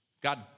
God